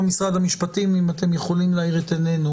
משרד המשפטים, האם אתם יכולים להאיר את עינינו